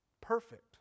perfect